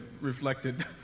reflected